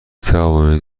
توانید